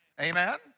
Amen